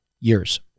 Years